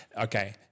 okay